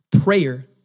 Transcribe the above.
Prayer